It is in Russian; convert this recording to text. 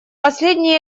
последний